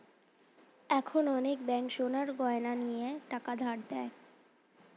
এখন অনেক ব্যাঙ্ক সোনার গয়না নিয়ে টাকা ধার দেয়